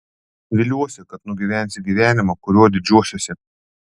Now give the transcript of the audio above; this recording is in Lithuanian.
viliuosi kad nugyvensi gyvenimą kuriuo didžiuosiesi